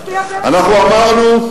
אנחנו אמרנו,